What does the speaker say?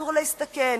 אסור להסתכן,